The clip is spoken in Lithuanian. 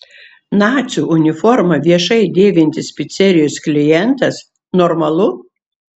nacių uniformą viešai dėvintis picerijos klientas normalu